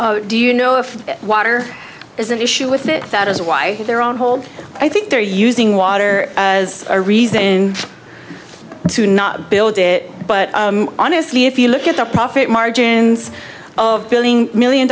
do you know if water is an issue with it that is why they're on hold i think they're using water as a reason to not build it but honestly if you look at the profit margins of building million